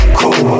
Cool